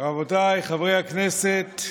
רבותיי חברי הכנסת,